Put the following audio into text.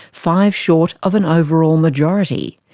five short of an overall majority.